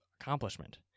accomplishment